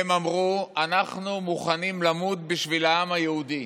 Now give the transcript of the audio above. הם אמרו: אנחנו מוכנים למות בשביל העם היהודי.